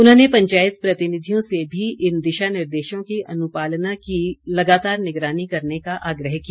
उन्होंने पंचायत प्रतिनिधियों से भी इन दिशा निर्देशों की अनुपालना की लगातार निगरानी करने का आग्रह किया